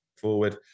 forward